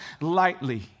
lightly